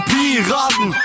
Piraten